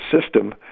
system